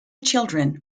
children